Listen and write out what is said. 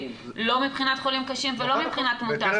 לא מבחינת חולים קשים ולא מבחינת תמותה.